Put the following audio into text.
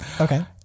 okay